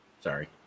sorry